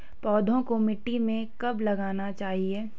पौधों को मिट्टी में कब लगाना चाहिए?